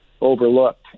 overlooked